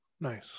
Nice